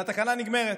והתקנה נגמרת.